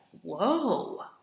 whoa